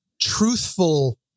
truthful